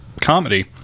comedy